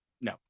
No